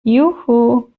juhu